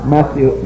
Matthew